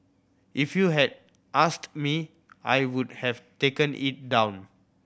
if you had asked me I would have taken it down